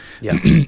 Yes